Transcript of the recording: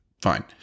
fine